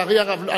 לצערי הרב.